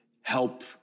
help